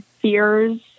fears